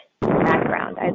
background